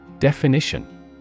Definition